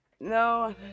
no